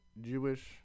Jewish